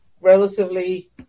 relatively